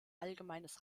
allgemeines